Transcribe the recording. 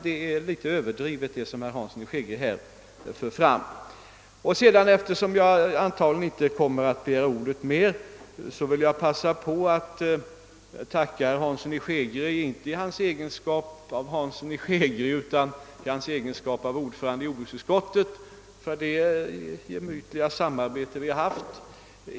Det som herr Hansson i Skegrie för fram är nog därför lite överdrivet. Eftersom jag antagligen inte kommer att begära ordet mer i denna debatt vill jag passa på att tacka herr Hansson i Skegrie — inte i hans egenskap av herr Hansson i Skegrie utan i hans egenskap av ordförande i jordbruksutskottet — för det gemytliga samarbes te vi har haft.